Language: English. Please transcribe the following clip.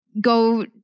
go